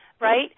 Right